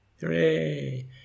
Hooray